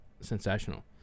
sensational